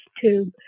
tube